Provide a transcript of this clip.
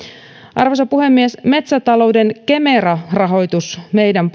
arvoisa puhemies metsätalouden kemera rahoitus meidän